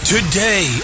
Today